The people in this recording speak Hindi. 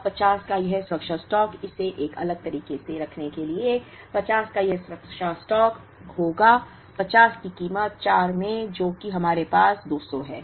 अब 50 का यह सुरक्षा स्टॉक इसे एक अलग तरीके से रखने के लिए 50 का यह सुरक्षा स्टॉक होगा 50 की कीमत 4 में जो कि हमारे पास 200 है